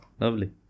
Lovely